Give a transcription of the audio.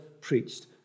preached